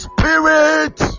Spirit